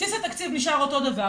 בסיס התקציב נשאר אותו דבר,